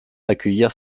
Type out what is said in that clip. accueillir